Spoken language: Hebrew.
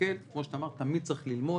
כמו שאמרת, תמיד צריך ללמוד